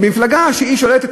במפלגה שהיא שולטת,